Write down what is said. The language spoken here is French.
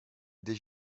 des